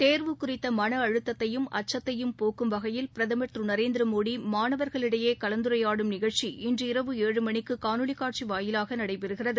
தேர்வு குறித்தமனஅழுத்தத்தையும் அச்சத்தையும் போக்கும் வகையில் பிரதமர் திருநரேந்திரமோடிமாணவர்களிடையேகலந்துரையாடும் நிகழ்ச்சி இன்று இரவு ஏழு மணிக்குகாணொலிகாட்சிவாயிலாகநடைபெறுகிறது